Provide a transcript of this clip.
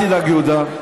אל תדאג, יהודה,